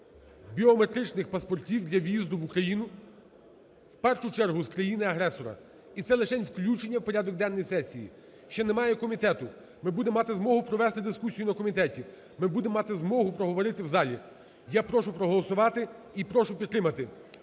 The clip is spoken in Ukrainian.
біометричних паспортів для в'їзду в Україну в першу чергу з країни-агресора і це лишень включення у порядок денний сесії, ще немає комітету ми будемо мати змогу провести дискусію на комітеті, ми будемо мати змогу проговорити в залі. Я прошу проголосувати і прошу підтримати